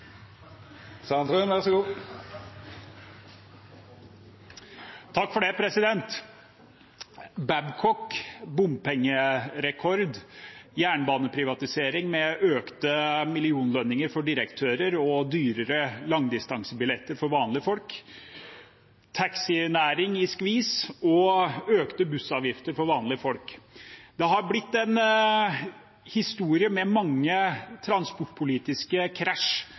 bompengerekord, jernbaneprivatisering med økte millionlønninger for direktører og dyrere langdistansebilletter for vanlige folk, taxinæring i skvis og økte bussavgifter for vanlige folk – det har blitt en historie med mange transportpolitiske krasj